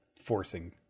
forcing